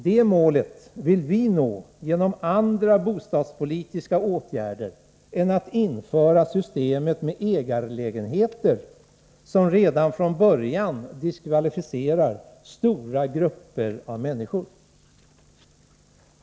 Det målet vill vi nå genom andra bostadspolitiska åtgärder än att införa ett system med ägarlägenheter, som redan från början diskvalificerar stora grupper av människor.